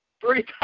three